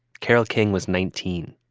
carole king was nineteen.